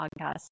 podcast